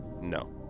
No